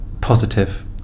positive